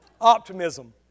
Optimism